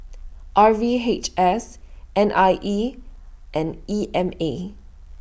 R V H S N I E and E M A